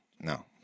no